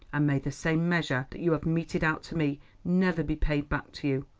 and may the same measure that you have meted out to me never be paid back to you.